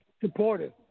supportive